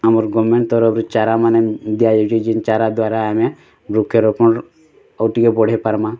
ଆମର୍ ଗମେଣ୍ଟ ତରଫରୁ ଚାରାମାନ ଦିଆ ଯାଉଛି ଯିନ୍ ଚାରାଦ୍ୱାରା ଆମେ ବୃକ୍ଷରୋପଣ ଆଉ ଟିକେ ବଢ଼େଇ ପାର୍ମାଁ